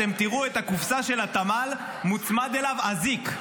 אתם תראו שלקופסה של התמ"ל מוצמד אזיק,